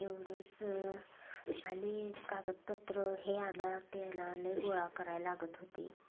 एवढंच आणि कागदपत्रं हे आणा त्याला लय गोळा कराय लागत होते